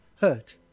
hurt